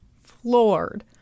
floored